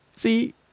See